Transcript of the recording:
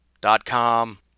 dot-com